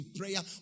prayer